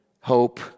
hope